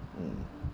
mm